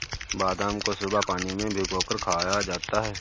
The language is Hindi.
बादाम को सुबह पानी में भिगोकर खाया जाता है